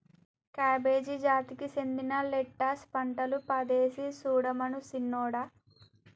cabbage జాతికి సెందిన lettuce పంటలు పదేసి సుడమను సిన్నోడా